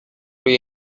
روی